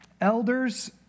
elders